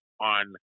on